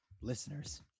listeners